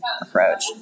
approach